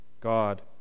God